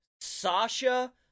Sasha